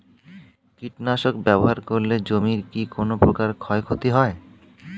কীটনাশক ব্যাবহার করলে জমির কী কোন প্রকার ক্ষয় ক্ষতি হয়?